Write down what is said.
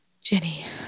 Jenny